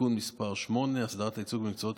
(תיקון מס' 8) (הסדרת העיסוק במקצועות